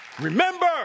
Remember